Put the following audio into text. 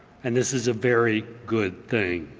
and this is a very good thing.